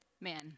man